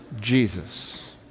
Jesus